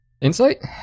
Insight